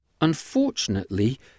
Unfortunately